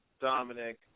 Dominic